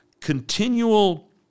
continual